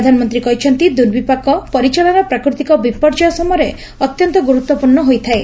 ପ୍ରଧାନମନ୍ତୀ କହିଛନ୍ତି ଦୁର୍ବିପାକ ପରିଚାଳନା ପ୍ରାକୃତିକ ବିପର୍ଯ୍ୟୟ ସମୟରେ ଅତ୍ୟନ୍ତ ଗୁରୁତ୍ୱପୂର୍ଶ୍ଣ ହୋଇଥାଏ